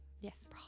Yes